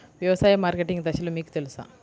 వ్యవసాయ మార్కెటింగ్ దశలు మీకు తెలుసా?